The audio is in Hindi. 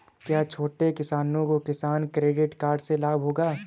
क्या छोटे किसानों को किसान क्रेडिट कार्ड से लाभ होगा?